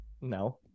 No